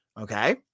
Okay